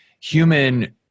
human